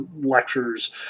lectures